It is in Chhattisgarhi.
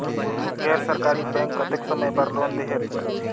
गैर सरकारी बैंक कतेक समय बर लोन देहेल?